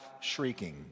shrieking